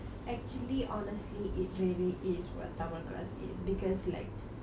actually honestly it really is what tamil class is because like